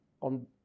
on